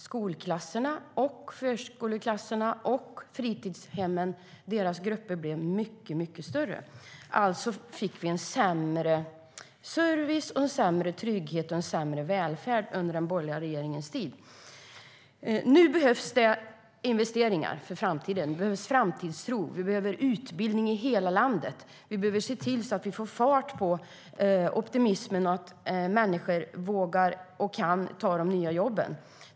Skolklasserna, förskoleklasserna och fritidshemsgrupperna blev mycket större. Alltså blev det en sämre service, en sämre trygghet och en sämre välfärd under den borgerliga regeringens tid. Nu behövs det investeringar och framtidstro. Det behövs utbildning i hela landet. Vi behöver se till att få fart på optimismen så att människor kan och vågar ta de nya jobben.